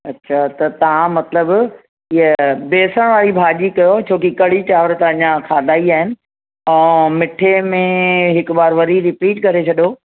अच्छा त तव्हां मतिलब हीअ बेसणु वारी भाॼी कयो छो की कढ़ी चांवर त अञा खाधा ई आहिनि ऐं मिठे में हिकु बार वरी रिपीट करे छॾियो